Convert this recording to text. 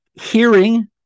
hearing